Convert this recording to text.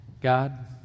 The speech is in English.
God